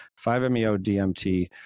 5-MeO-DMT